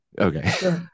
okay